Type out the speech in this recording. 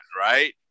Right